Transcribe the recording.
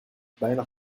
bijna